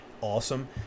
awesome